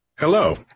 Hello